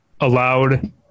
allowed